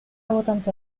votante